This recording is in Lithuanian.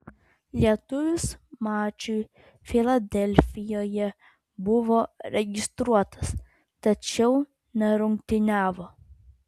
lietuvis mačui filadelfijoje buvo registruotas tačiau nerungtyniavo